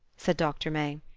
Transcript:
said doctor may,